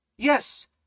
yes